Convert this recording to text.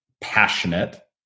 passionate